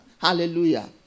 Hallelujah